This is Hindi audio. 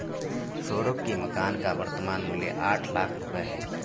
सौरभ के मकान का वर्तमान मूल्य आठ लाख रुपये है